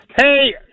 Hey